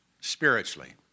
spiritually